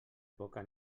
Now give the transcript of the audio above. poca